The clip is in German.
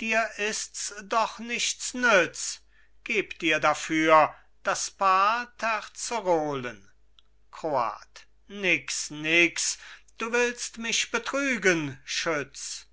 dir ists doch nichts nütz geb dir dafür das paar terzerolen kroat nix nix du willst mich betrügen schütz